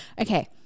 Okay